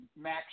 Max